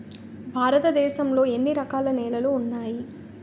భారతదేశం లో ఎన్ని రకాల నేలలు ఉన్నాయి?